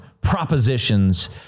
propositions